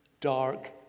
dark